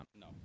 No